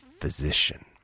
physician